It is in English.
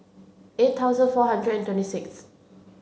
eight thousand four hundred and twenty sixth